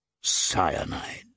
Cyanide